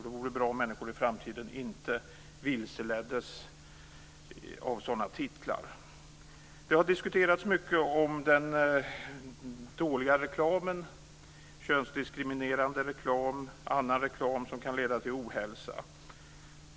Det vore bra om människor inte vilseleds av sådana titlar i framtiden. Den dåliga reklamen har diskuterats mycket. Det handlar om könsdiskriminerande reklam och annan reklam som kan leda till ohälsa.